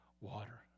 water